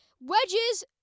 Wedges